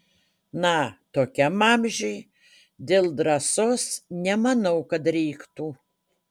na tokiam amžiuj dėl drąsos nemanau kad reiktų